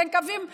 אין קווים חמים,